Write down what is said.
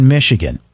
Michigan